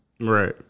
Right